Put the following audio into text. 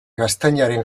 gaztainaren